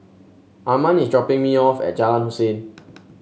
Arman is dropping me off at Jalan Hussein